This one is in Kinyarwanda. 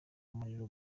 umuriro